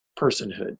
personhood